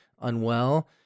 unwell